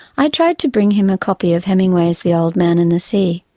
i tried to bring him a copy of hemingway's the old man and the sea,